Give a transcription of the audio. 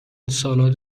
سالاد